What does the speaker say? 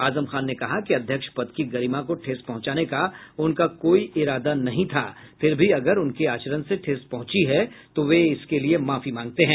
आजम खान ने कहा कि अध्यक्ष पद की गरिमा को ठेस पहुंचाने का उनका कोई इरादा नहीं था फिर भी अगर उनके आचरण से ठेस पहुंची है तो वे इसके लिए माफी मांगते हैं